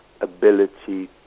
ability